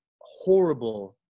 horrible